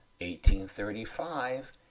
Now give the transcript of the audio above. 1835